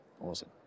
Awesome